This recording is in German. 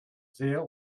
sehr